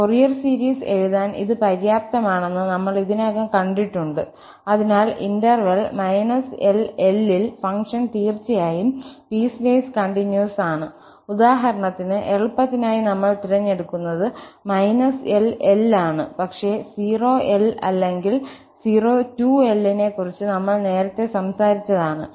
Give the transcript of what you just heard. Fourier series എഴുതാൻ ഇത് പര്യാപ്തമാണെന്ന് നമ്മൾ ഇതിനകം കണ്ടിട്ടുണ്ട്അതിനാൽ ഇന്റർവെൽ −L L ൽ ഫംഗ്ഷൻ തീർച്ചയായും പീസ് വേസ് കണ്ടിന്യൂസ് ആണ് ഉദാഹരണത്തിന് എളുപ്പത്തിനായി നമ്മൾ തിരഞ്ഞെടുക്കുന്നത് −L L ആണ് പക്ഷേ 0 L അല്ലെങ്കിൽ 02L നെക്കുറിച് നമ്മൾ നേരത്തെ സംസാരിച്ചതാണ്